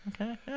Okay